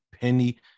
Penny